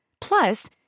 Plus